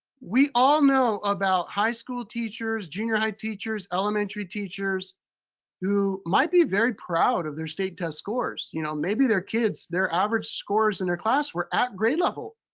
we all know about high school teachers, junior high teachers, elementary teachers who might be very proud of their state test scores. you know, maybe their kids, their average scores in their class were at grade level.